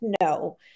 No